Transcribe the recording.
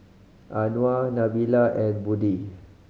Anuar Nabila and Budi